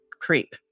creep